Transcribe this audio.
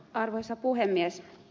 arvoisa puhemies